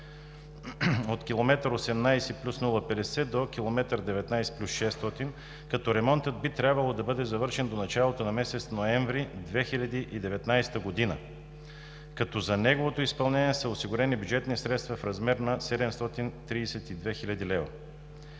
от км 18+050 до км 19+600. Ремонтът би трябвало да бъде завършен до началото на месец ноември 2019 г., като за неговото изпълнение са осигурени бюджетни средства в размер на 732 хил. лв.